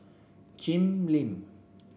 Jim Lim